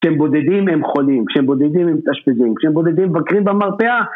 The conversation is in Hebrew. כשהם בודדים הם חולים, כשהם בודדים הם מתאשפזים, כשהם בודדים מבקרים במרפאה